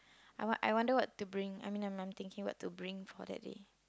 I want I wonder what to bring I mean I'm I'm thinking what to bring for that day